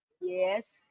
Yes